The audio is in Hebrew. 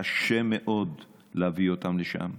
קשה מאוד להביא אותם לשם.